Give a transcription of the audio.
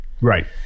Right